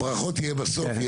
הברכות יהיו בסוף.